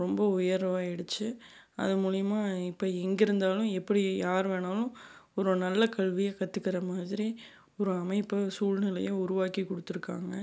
ரொம்ப உயர்வாக ஆயிடுச்சு அது மூலயமா இப்போ எங்கேருந்தாலும் எப்படி யார் வேணாலும் ஒரு நல்ல கல்வியை கற்றுக்கிற மாதிரி ஒரு அமைப்பு சூழ்நிலையும் உருவாக்கி கொடுத்துருக்காங்க